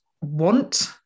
want